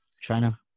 China